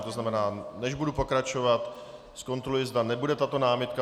To znamená, než budu pokračovat, zkontroluji, zda nebude tato námitka.